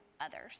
others